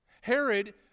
Herod